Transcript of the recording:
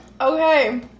okay